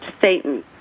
Satan